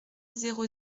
zéro